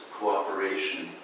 cooperation